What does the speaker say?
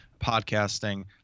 podcasting